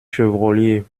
chevrollier